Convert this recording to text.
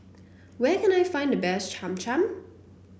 where can I find the best Cham Cham